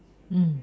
mm